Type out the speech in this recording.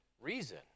reason